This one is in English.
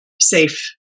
safe